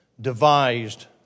devised